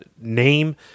name